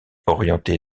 orientée